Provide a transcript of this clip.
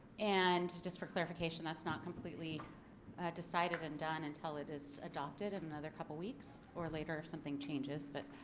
and just for clarification that's not completely decided and done until it is adopted in another couple of weeks or later something changes. but